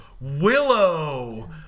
Willow